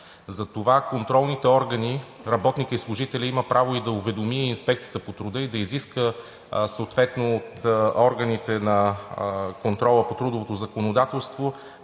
на работодателя. Работникът и служителят има право и да уведоми Инспекцията по труда, да изиска съответно от органите на контрола по трудовото законодателство